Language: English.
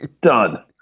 Done